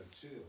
chill